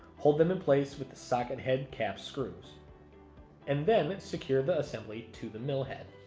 hold them in place with the socket head cap screws and then secure the assembly to the mill head.